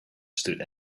stood